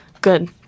good